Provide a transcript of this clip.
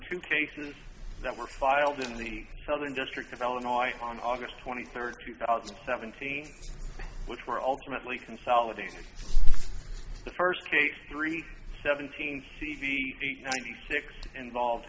two cases that were filed in the southern district of illinois on august twenty third two thousand and seventeen which were ultimately consolidated the first case three seventeen cd ninety six involved